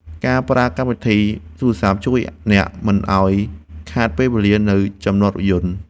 ការប្រើកម្មវិធីទូរសព្ទ ជួយអ្នកមិនឱ្យខាតពេលវេលានៅចំណតរថយន្ត។